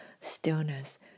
stillness